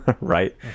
right